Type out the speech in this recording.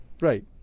Right